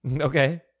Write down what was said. Okay